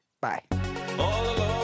Bye